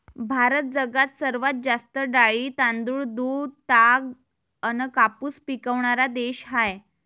भारत जगात सर्वात जास्त डाळी, तांदूळ, दूध, ताग अन कापूस पिकवनारा देश हाय